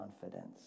confidence